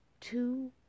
two